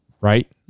Right